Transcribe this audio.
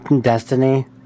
Destiny